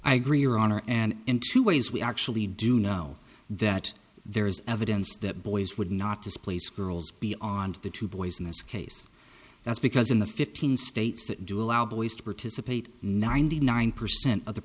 i agree your honor and in two ways we actually do know that there is evidence that boys would not displace girls be on the two boys in this case that's because in the fifteen states that do allow boys to participate ninety nine percent of the